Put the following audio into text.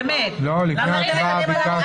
אבל לאור החיוניות והדחיפות של